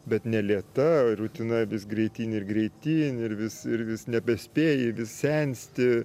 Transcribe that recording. bet ne lėta rutina vis greityn ir greityn ir vis ir vis nebespėji vis sensti